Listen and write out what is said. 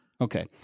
Okay